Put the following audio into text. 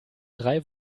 drei